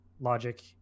logic